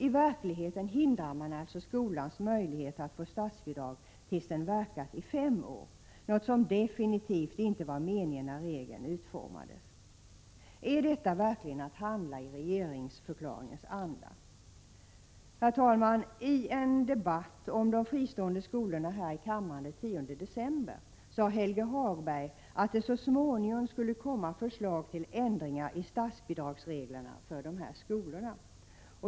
I verkligheten hindrar man alltså skolans möjligheter att få statsbidrag tills den verkat i fem år, något som definitivt inte varit meningen när regeln utformades. Är detta verkligen att handla i regeringsförklaringens anda? Herr talman! I en debatt om de fristående skolorna här i kammaren den 10 december sade Helge Hagberg att det så småningom skulle komma förslag till ändringar i statsbidragsreglerna för de här skolorna.